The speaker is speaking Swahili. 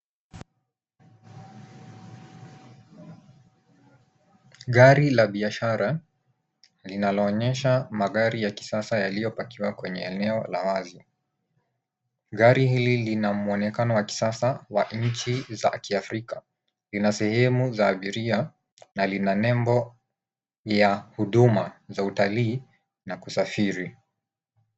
Gari la biashara linaloonyesha magari ya kisasa yaliyopakiwa kwenye eneo la wazi. Gari hili lina mwonekano wa kisasa wa nchi za kiafrika. Lina sehemu ya abiria na lina nembo ya huduma za utalii na kusafiri.